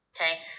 Okay